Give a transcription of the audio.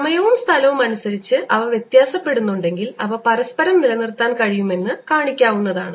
സമയവും സ്ഥലവും അനുസരിച്ച് അവ വ്യത്യാസപ്പെടുന്നുണ്ടെങ്കിൽ അവ പരസ്പരം നിലനിർത്താൻ കഴിയുമെന്ന് കാണിക്കാവുന്നതാണ്